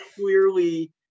clearly